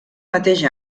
mateix